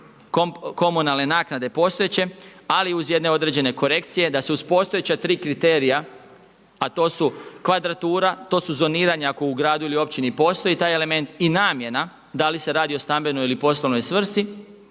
komunalne naknade postojeće, ali uz jedne određene korekcije, da se uz postojeća tri kriterija, a to su kvadratura, to su zoniranja ako u gradu ili općini postoji taj element i namjena, da li se radi o stambenoj ili poslovnoj svrsi,